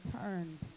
turned